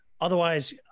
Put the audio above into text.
otherwise